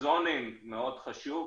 zoning מאוד חשוב,